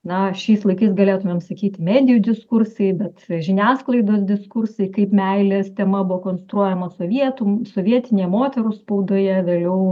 na šiais laikais galėtumėm sakyt medijų diskursai bet žiniasklaidos diskursai kaip meilės tema buvo konstruojama sovietų sovietinėj moterų spaudoje vėliau